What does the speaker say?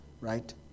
Right